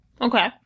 Okay